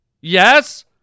Yes